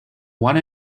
one